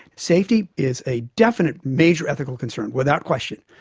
safety is a definite major ethical concern, without question.